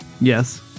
Yes